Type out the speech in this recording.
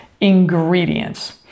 ingredients